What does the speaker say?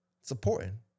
Supporting